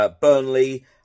Burnley